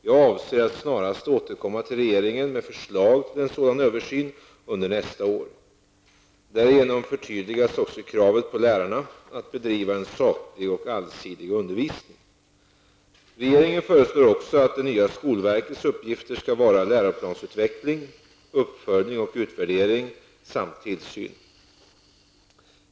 Jag avser att snarast återkomma till regeringen med förslag till en sådan översyn under nästa år. Därigenom förtydligas också kravet på lärarna att bedriva en saklig och allsidig undervisning. Regeringen föreslår också att det nya skolverkets uppgifter skall vara läroplansutveckling, uppföljning och utvärdering samt tillsyn.